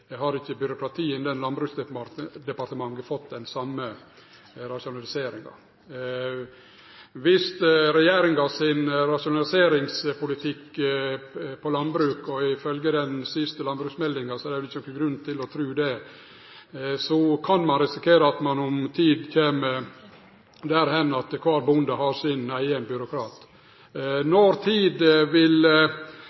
og ifølgje den siste landbruksmeldinga er det vel ikkje nokon grunn til å tru det – kan ein risikere at ein om ei tid kjem dit at kvar bonde har sin eigen byråkrat.